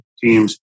teams